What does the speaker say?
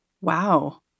Wow